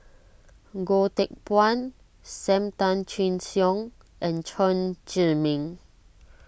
Goh Teck Phuan Sam Tan Chin Siong and Chen Zhiming